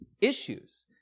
issues